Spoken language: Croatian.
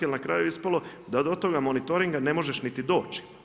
Jer na kraju je ispalo, da do toga monitoringa ne možeš niti doći.